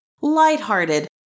lighthearted